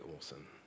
awesome